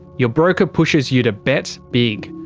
your broker pushes you to bet big.